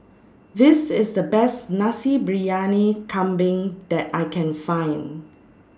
This IS The Best Nasi Briyani Kambing that I Can Find